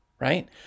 Right